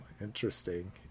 interesting